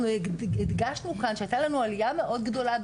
אנחנו הדגשנו כאן שהייתה לנו עלייה מאוד גדולה,